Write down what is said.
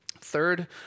Third